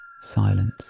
silence